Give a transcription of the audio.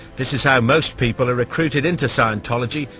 this is how most people are recruited into scientology,